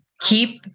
Keep